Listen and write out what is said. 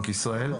בבקשה.